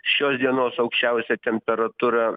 šios dienos aukščiausia temperatūra